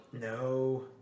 No